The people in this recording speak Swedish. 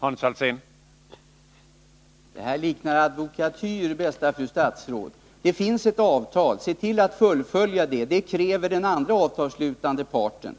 Herr talman! Det här liknar advokatyr, bästa fru statsråd. Det finns ett avtal. Se då till att fullfölja det! Det kräver den andra avtalsslutande parten.